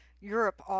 Europe